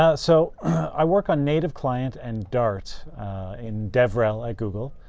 ah so i work on native client and dart in devrel at google,